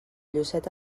llucet